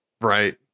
right